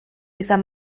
izan